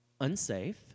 unsafe